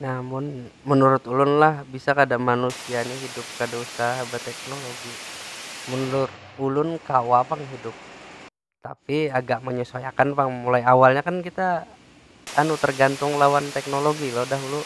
Nah mun menurut ulun lah, bisa kada manusia nih hidup kada usah beteknologi? Menurut ulun kawa pang hidup. Tapi agak menyesuaiakan pang. Mulai awalnya kan kita tergantung lawan teknologi lo dahulu.